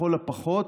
לכל הפחות,